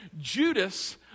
Judas